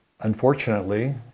unfortunately